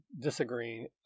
disagreeing